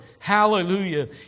hallelujah